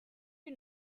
you